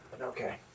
Okay